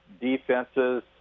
defenses